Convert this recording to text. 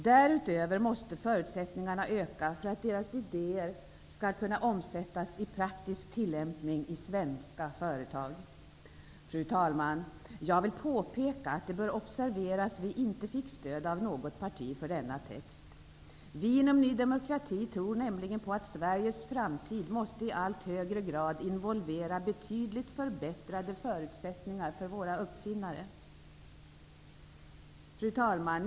Därutöver måste förutsättningarna öka för att deras idéer skall kunna omsättas i praktisk tillämpning i svenska företag.'' Fru talman! Jag vill påpeka att det bör observeras att vi inte fick stöd av något parti för denna text. Vi inom Ny demokrati tror nämligen på att Sveriges framtid i allt högre grad måste involvera betydligt förbättrade förutsättningar för våra uppfinnare. Fru talman!